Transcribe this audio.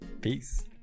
Peace